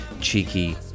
cheeky